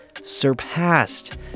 surpassed